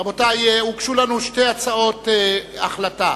רבותי, הוגשו לנו שתי הצעות החלטה.